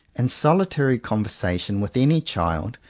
in solitary conversation with any child,